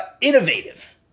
innovative